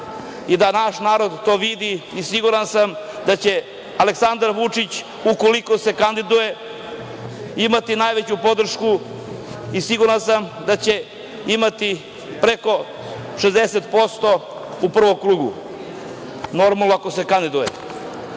i da naš narod to vidi i siguran sam da će Aleksandar Vučić, ukoliko se kandiduje, imati najveću podršku i siguran sam da će imati preko 60% u prvom krugu, ako se kandiduje. Ujedinjena